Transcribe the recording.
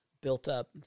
built-up